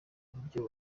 uburyo